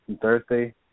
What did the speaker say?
Thursday